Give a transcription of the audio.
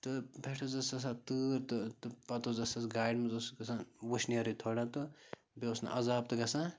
تہٕ پٮ۪ٹھٕ حظ آسان تۭر تہٕ تہٕ پَتہٕ اوس اَسہِ اوس گاڑِ منٛز اوس گژھان وٕشنیرٕے تھوڑا تہٕ بیٚیہِ اوس نہٕ عزاب تہٕ گژھان